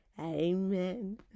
Amen